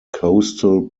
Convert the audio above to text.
coastal